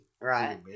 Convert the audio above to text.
Right